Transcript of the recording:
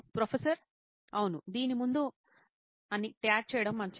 professor అవును దీన్ని 'ముందు' అని ట్యాగ్ చేయడం మంచిది